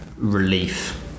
relief